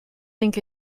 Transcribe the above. think